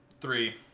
three